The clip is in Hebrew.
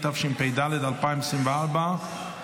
התשפ"ד 2024,